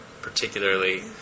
particularly